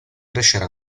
crescere